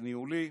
ניהולי.